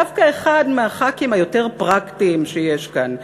דווקא אחד מחברי הכנסת היותר פרקטיים שיש כאן,